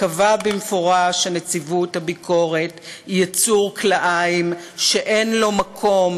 קבע במפורש שנציבות הביקורת היא יצור כלאיים שאין לו מקום,